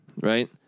right